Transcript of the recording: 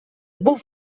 був